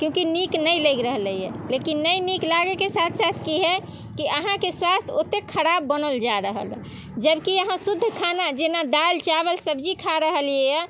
किआकि नीक नहि लागि रहलैया लेकिन नहि नीक लागैके साथ साथ की होयत कि अहाँकेँ स्वास्थ्य ओते खराब बनल जा रहल हइ जब कि अहाँ शुद्ध खाना जेना दाल चावल सब्जी खा रहलियै हँ